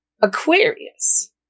Aquarius